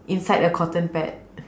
inside the cotton pad